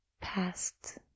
past